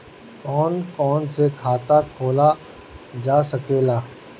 कौन कौन से खाता खोला जा सके ला?